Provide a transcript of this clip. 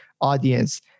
audience